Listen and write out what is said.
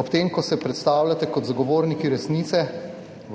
Ob tem, ko se predstavljate kot zagovorniki resnice,